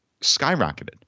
skyrocketed